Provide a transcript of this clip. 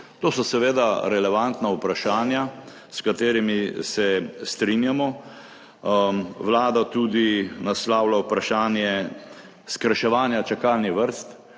To so seveda relevantna vprašanja s katerimi se strinjamo. Vlada tudi naslavlja vprašanje skrajševanja čakalnih vrst.